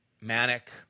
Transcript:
manic